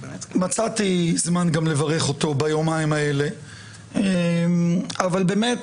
מצאתי זמן גם לברך אותו ביומיים האלה אבל באמת